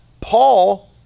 Paul